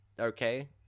okay